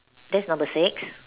that's number six